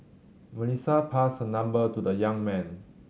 Melissa passed number to the young man